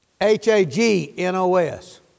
H-A-G-N-O-S